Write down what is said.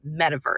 metaverse